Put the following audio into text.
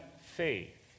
faith